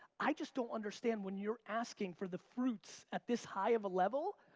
i just don't understand when you're asking for the fruits at this high of a level,